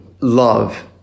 love